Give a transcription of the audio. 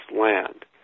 land